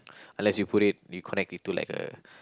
unless you put it you connect it to like a